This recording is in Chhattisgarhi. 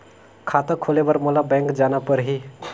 खाता खोले बर मोला बैंक जाना परही?